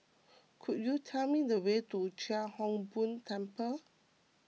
could you tell me the way to Chia Hung Boo Temple